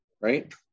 right